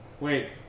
wait